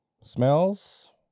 Smells